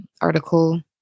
article